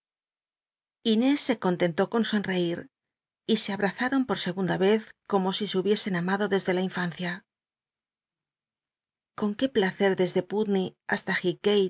inés se contentó con sonreír y e abrazapon pot segunda vez como si se hubiesen amado desde la infancia con qué placer desde putney basta